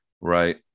Right